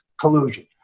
collusion